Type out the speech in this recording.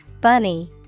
Bunny